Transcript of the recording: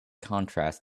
contrast